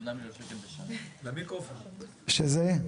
שזה,